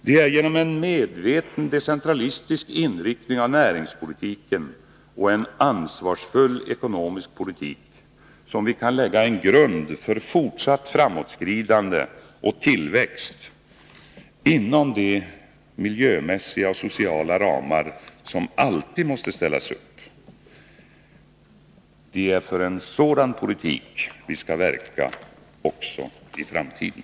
Det är genom en medveten decentralistisk inriktning av näringspolitiken och en ansvarsfull ekonomisk politik som vi kan lägga en grund för fortsatt framåtskridande och tillväxt inom de miljömässiga och sociala ramar som alltid måste ställas upp. Det är för en sådan politik vi skall verka också i framtiden.